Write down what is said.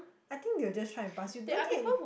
I think they'll just try and pass you don't think